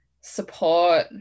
support